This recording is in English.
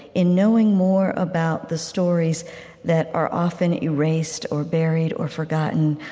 in knowing more about the stories that are often erased or buried or forgotten,